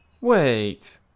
Wait